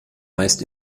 meist